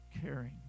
caring